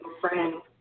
friend